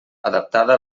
adaptada